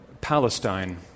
Palestine